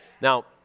Now